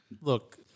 look –